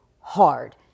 hard